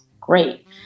great